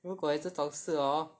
如果有这种事 hor